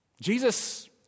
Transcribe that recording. Jesus